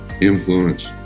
influence